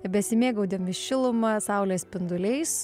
besimėgaudimi šiluma saulės spinduliais